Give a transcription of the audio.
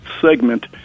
segment